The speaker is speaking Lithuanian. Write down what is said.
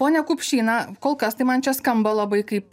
pone kupšy na kol kas tai man čia skamba labai kaip